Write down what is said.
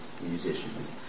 musicians